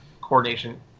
coordination